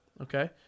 Okay